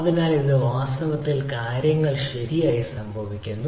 എന്നാൽ ഇത് വാസ്തവത്തിൽ കാര്യങ്ങൾ ശരിയായി സംഭവിക്കുന്നു